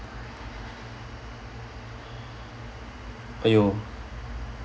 !aiyo!